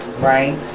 right